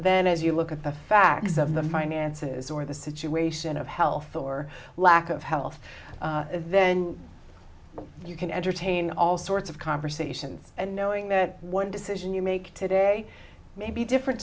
then as you look at the facts of the finances or the situation of health or lack of health then you can entertain all sorts of conversations and knowing that one decision you make today may be different